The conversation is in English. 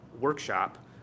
workshop